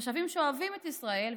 תושבים שאוהבים את ישראל,